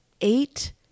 eight